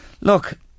Look